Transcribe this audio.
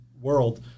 world